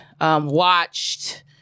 watched